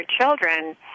children